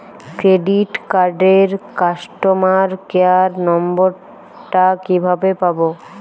Credit কার্ডের customer care number টা কিভাবে পাবো?